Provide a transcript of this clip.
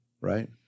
right